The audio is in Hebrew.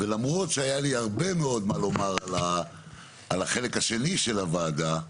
ולמרות שהיה לי הרבה מאוד מה לומר על החלק השני של הוועדה,